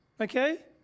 Okay